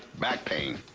back pain.